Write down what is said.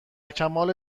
کمال